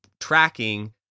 tracking